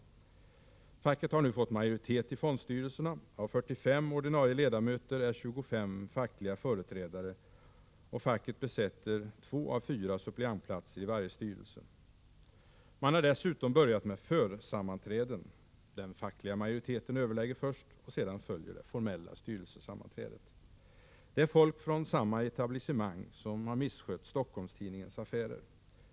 Facket har nu fått majoritet i fondstyrelserna. Av 45 ordinarie ledamöter är 25 fackliga företrädare, och facket besätter två av fyra suppleantplatser i varje styrelse. Man har dessutom börjat med ”försammanträden”. Den fackliga majoriteten överlägger först och sedan följer det formella styrelsesammanträdet. Det är folk från samma etablissemang som har misskött Stockholms-Tidningens affärer.